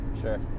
Sure